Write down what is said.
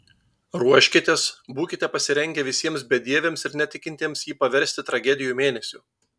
ruoškitės būkite pasirengę visiems bedieviams ir netikintiems jį paversti tragedijų mėnesiu